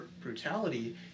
brutality